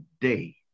day